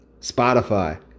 Spotify